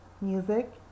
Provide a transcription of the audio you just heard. music